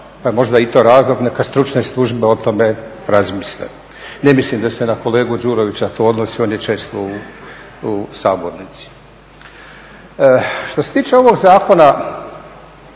možda i to razlog. Neka stručne službe o tome razmisle. Ne mislim da se na kolegu Đurovića to odnosi, on je često u sabornici. Što se tiče ovog zakona